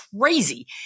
crazy